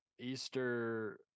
Easter